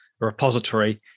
repository